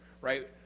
right